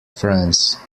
france